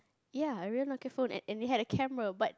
ya a real Nokia phone and they had a camera but